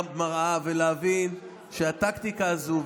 במראה ולהבין שהטקטיקה הזו,